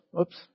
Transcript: Oops